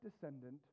descendant